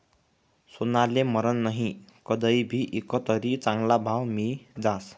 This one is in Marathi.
सोनाले मरन नही, कदय भी ईकं तरी चांगला भाव मियी जास